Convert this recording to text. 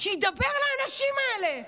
שידבר לאנשים האלה.